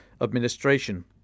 administration